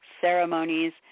ceremonies